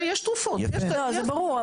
זה ברור.